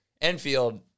Enfield